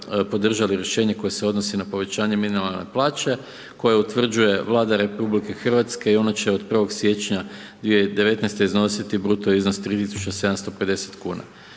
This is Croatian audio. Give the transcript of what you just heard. podržali rješenje koje se odnosi na povećanje minimalne plaće koje utvrđuje Vlada RH i ono će od 1. siječnja 2019. iznosi bruto iznos 3.750 kuna.